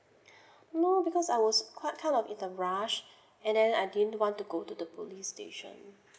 no because I was quite kind of in a rush and then I didn't want to go to the police station